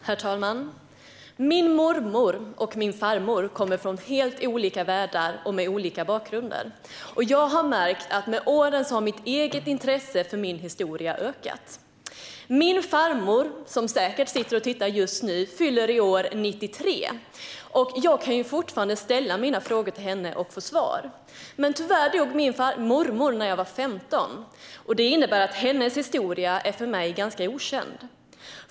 Herr talman! Min mormor och min farmor kommer från helt olika världar och har olika bakgrunder. Jag har märkt att med åren har mitt eget intresse för min historia ökat. Min farmor, som säkert sitter och tittar just nu, fyller i år 93 år. Jag kan fortfarande ställa mina frågor till henne och få svar. Men tyvärr dog min mormor när jag var 15 år. Det innebär att hennes historia för mig är ganska okänd.